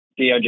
DOJ